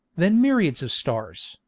then myriads of stars,